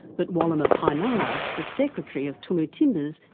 but walama painama, the secretary of tumu timbers,